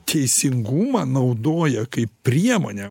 teisingumą naudoja kaip priemonę